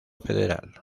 federal